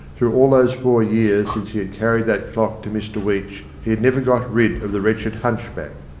through all those four years since he had carried that clock to mr weech, he had never got rid of the wretched hunchback.